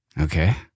Okay